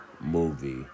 movie